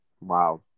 wow